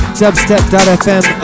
dubstep.fm